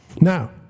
Now